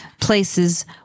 places